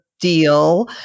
deal